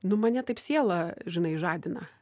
nu mane taip sielą žinai žadina